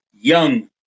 young